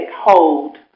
hold